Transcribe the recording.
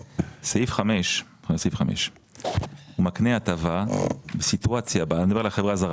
סעיף 5 מקנה הטבה לסיטואציה אני כרגע מדבר על חברה זרה